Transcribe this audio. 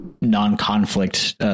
non-conflict